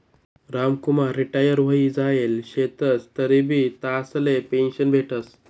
Ramkumar retire व्हयी जायेल शेतंस तरीबी त्यासले पेंशन भेटस